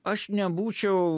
aš nebūčiau